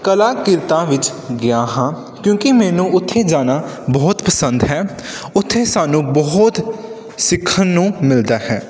ਕਲਾ ਕਿਰਤਾਂ ਵਿੱਚ ਗਿਆ ਹਾਂ ਕਿਉਂਕਿ ਮੈਨੂੰ ਉੱਥੇ ਜਾਣਾ ਬਹੁਤ ਪਸੰਦ ਹੈ ਉੱਥੇ ਸਾਨੂੰ ਬਹੁਤ ਸਿੱਖਣ ਨੂੰ ਮਿਲਦਾ ਹੈ